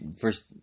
first